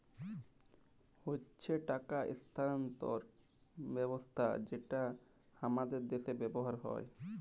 হচ্যে টাকা স্থানান্তর ব্যবস্থা যেটা হামাদের দ্যাশে ব্যবহার হ্যয়